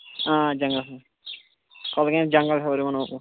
آ جنگلَس منٛز کۄلگامہِ جنٛگل ہیوٚر